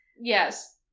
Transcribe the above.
yes